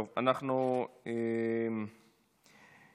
גם אני